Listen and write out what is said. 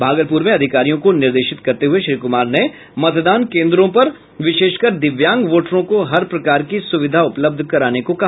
भागलपुर में अधिकारियों को निर्देशित करते हुए श्री कुमार ने मतदान केन्द्रों पर विशेषकर दिव्यांग वोटरों को हर प्रकार की सुविधा उपलब्ध कराने को कहा